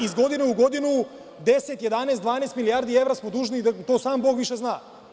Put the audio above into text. Iz godine u godinu 10, 11, 12 milijardi evra smo dužni da to ni sam Bog više zna.